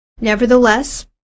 Nevertheless